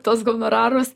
tuos honorarus